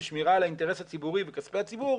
בשמירה על האינטרס הציבורי וכספי הציבור,